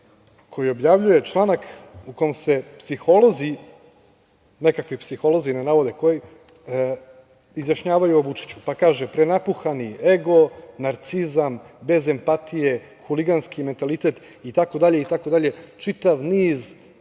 koji objavljuje članak u kom se psiholozi, nekakvi psiholozi, ne navode koji izjašnjavaju o Vučiću, pa kaže: „prenapuhani ego, narcizam, bez empatije, huliganski mentalitet“ itd, itd. čitav niz